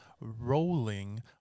rolling